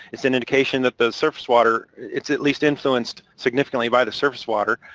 it's an indication that the surface water, it's at least influenced significantly by the surface water,